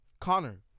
Connor